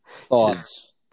thoughts